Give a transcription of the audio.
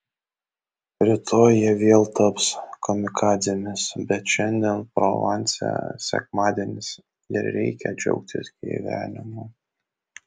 rytoj jie vėl taps kamikadzėmis bet šiandien provanse sekmadienis ir reikia džiaugtis gyvenimu